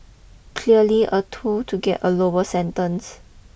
clearly a tool to get a lower sentence